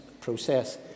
process